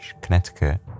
Connecticut